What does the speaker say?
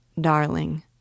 Darling